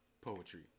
poetry